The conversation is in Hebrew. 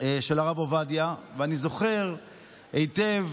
של הרב עובדיה, ואני זוכר היטב